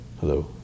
hello